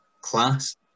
class